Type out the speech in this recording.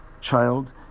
child